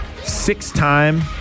six-time